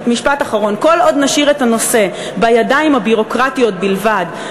משפט אחרון: כל עוד נשאיר את הנושא בידיים הביורוקרטיות בלבד,